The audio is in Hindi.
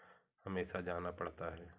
हमेशा जाना पड़ता है